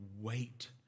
wait